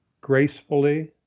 gracefully